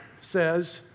says